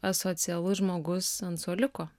asocialus žmogus ant suoliuko